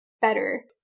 better